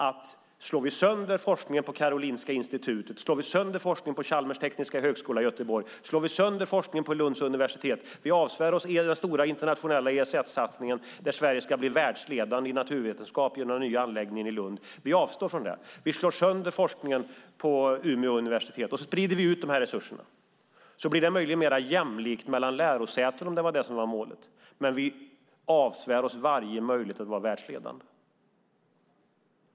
Om vi slår sönder forskningen på Karolinska Institutet, på Chalmers tekniska högskola i Göteborg och på Lunds universitet och avsvär oss den stora internationella ESS-satsningen där Sverige ska bli världsledande i naturvetenskap genom den nya anläggningen i Lund och slår sönder forskningen på Umeå universitet och sprider ut dessa resurser blir det möjligen mer jämlikt mellan lärosäten, om det var det som var målet. Men vi avsvär oss varje möjlighet att vara världsledande.